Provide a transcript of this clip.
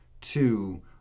two